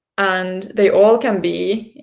and they all can be